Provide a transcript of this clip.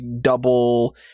double